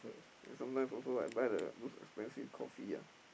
then sometimes also I buy the those expensive coffee ah